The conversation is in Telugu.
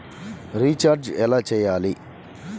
రిచార్జ ఎలా చెయ్యాలి?